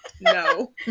No